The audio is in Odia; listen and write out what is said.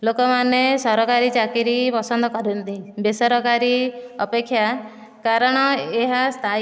ଲୋକମାନେ ସରକାରୀ ଚାକିରି ପସନ୍ଦ କରନ୍ତି ବେସରକାରୀ ଅପେକ୍ଷା କାରଣ ଏହା ସ୍ଥାୟୀ